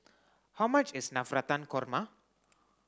how much is Navratan Korma